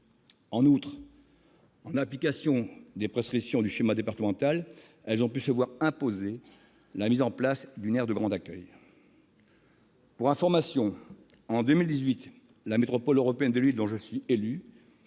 En outre, en application des prescriptions du schéma départemental, elles ont pu se voir imposer la mise en place d'une aire de grand passage. Pour information, en 2018, la métropole européenne de Lille, dont je suis élu,